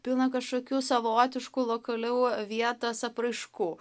pilna kažkokių savotiškų lokaliau vietos apraiškų